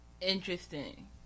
interesting